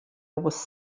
was